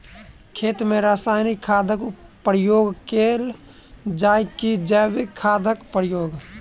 खेत मे रासायनिक खादक प्रयोग कैल जाय की जैविक खादक प्रयोग?